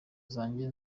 zanjye